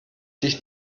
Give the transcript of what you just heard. dich